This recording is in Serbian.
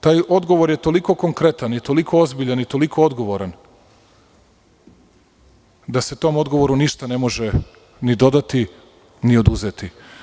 Taj odgovor je toliko konkretan, toliko ozbiljan i toliko odgovoran, da se tom odgovoru ništa ne može ni dodati ni oduzeti.